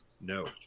No